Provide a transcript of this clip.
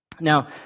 Now